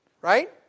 Right